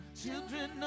children